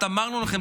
"אמרנו לכם",